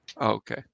okay